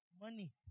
money